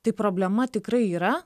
tai problema tikrai yra